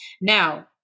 Now